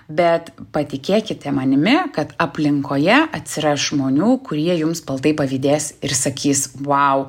bet patikėkite manimi kad aplinkoje atsiras žmonių kurie jums baltai pavydės ir sakys vau